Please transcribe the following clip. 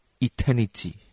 eternity